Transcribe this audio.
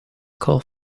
cole